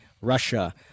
Russia